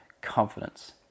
confidence